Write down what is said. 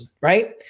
right